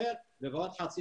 נציגה